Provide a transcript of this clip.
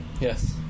yes